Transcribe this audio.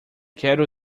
quero